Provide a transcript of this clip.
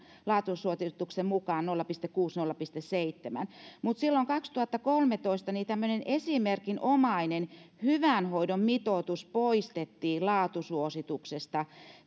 laatusuosituksen mukaan nolla pilkku kuusi viiva nolla pilkku seitsemän mutta silloin kaksituhattakolmetoista tämmöinen esimerkinomainen hyvän hoidon mitoitus poistettiin laatusuosituksesta